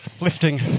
lifting